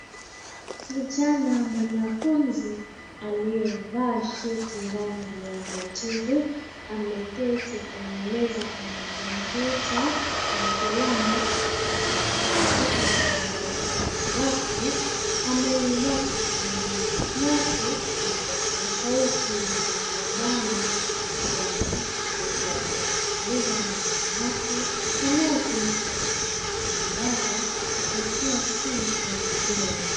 Kijana mwanafunzi, aliyevaa shati rangi ya majivu, ameketi kwenye meza yenye kompyuta, na kalamu, huku akiandika kwenye daftari wake. Amevivaa sikioni mwake, vipokea sauti vinavyo bana kichwani. Huku akimsikiliza mwalimu wake, anayefundisha kweye kiambaza, kupitia simu ya video.